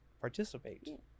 participate